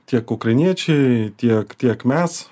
tiek ukrainiečiai tiek tiek mes